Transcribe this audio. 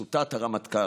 צוטט הרמטכ"ל.